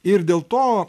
ir dėl to